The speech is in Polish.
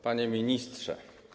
Panie Ministrze!